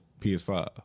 PS5